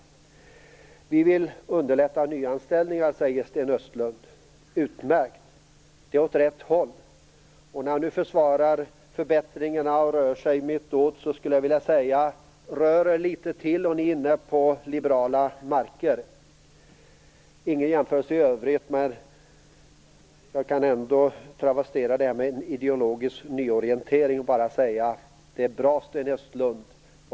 Vi vill underlätta nyanställningar, säger Sten Östlund. Utmärkt! Det är åt rätt håll. Och när han nu försvarar förbättringarna och rör sig mittåt skulle jag vilja säga: Rör er litet till, och ni är inne på liberala marker! Ingen jämförelse i övrigt, men jag kan ändå travestera detta med en ideologisk nyorientering och säga: Det är bra, Sten Östlund!